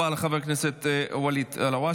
(אומר דברים בשפה הערבית, להלן